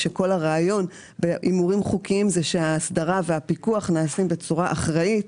כשכל הרעיון בהימורים חוקיים זה שההסדרה והפיקוח נעשים בצורה אחראית,